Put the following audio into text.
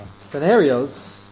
scenarios